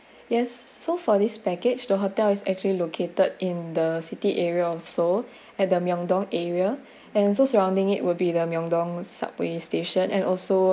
yes so for this package the hotel is actually located in the city area of seoul at the myung dong area and so surrounding it will be the myung dong subway station and also